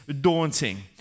daunting